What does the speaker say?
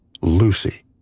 Lucy